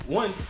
one